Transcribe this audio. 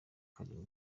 karindwi